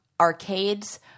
arcades